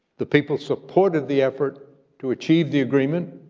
the people supported the effort to achieve the agreement,